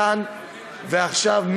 כאן ועכשיו,